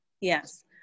yes